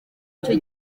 icyo